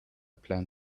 plan